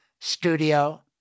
studio